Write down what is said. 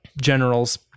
generals